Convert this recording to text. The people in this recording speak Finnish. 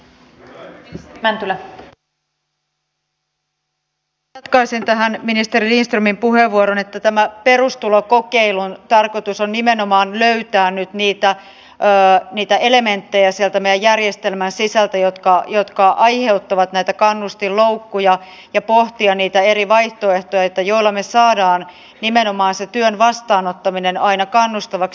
sen verran jatkaisin tähän ministeri lindströmin puheenvuoroon että tämän perustulokokeilun tarkoitus on nimenomaan löytää nyt sieltä meidän järjestelmämme sisältä niitä elementtejä se tämä järjestelmä sisältä jotka jotka aiheuttavat näitä kannustinloukkuja ja pohtia niitä eri vaihtoehtoja joilla me saamme nimenomaan sen työn vastaanottamisen aina kannustavaksi